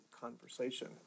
conversation